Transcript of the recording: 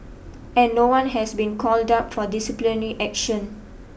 and no one has been called up for disciplinary action